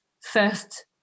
first